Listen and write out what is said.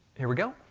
here we go.